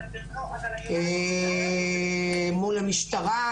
מול המשטרה,